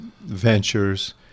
ventures